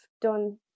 done